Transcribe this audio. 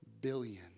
billion